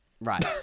Right